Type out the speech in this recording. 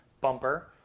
bumper